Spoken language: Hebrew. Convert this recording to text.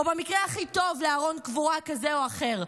או במקרה הכי טוב לארון קבורה כזה או אחר.